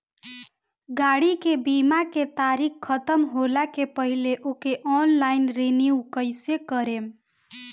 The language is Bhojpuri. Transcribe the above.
गाड़ी के बीमा के तारीक ख़तम होला के पहिले ओके ऑनलाइन रिन्यू कईसे करेम?